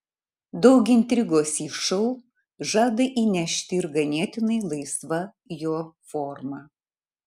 daug intrigos į šou žada įnešti ir ganėtinai laisva jo forma